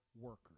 workers